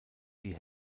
die